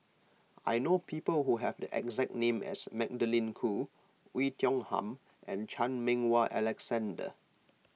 I know people who have the exact name as Magdalene Khoo Oei Tiong Ham and Chan Meng Wah Alexander